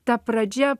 ta pradžia